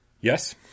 Yes